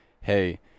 Hey